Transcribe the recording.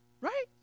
Right